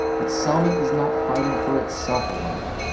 but selma is not fighting for itself alone.